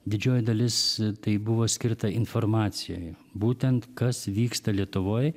didžioji dalis tai buvo skirta informacijai būtent kas vyksta lietuvoj